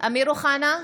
אמיר אוחנה,